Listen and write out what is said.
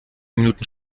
minuten